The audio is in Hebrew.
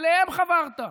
אליהם חברת.